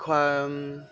খয়